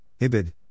Ibid